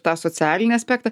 tą socialinį aspektą